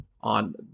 on